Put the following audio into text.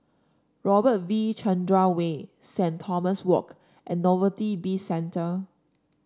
Robert V Chandran Way Saint Thomas Walk and Novelty Bizcentre